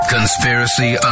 Conspiracy